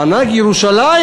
מענק ירושלים?